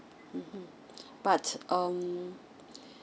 mmhmm but um